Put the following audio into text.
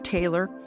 Taylor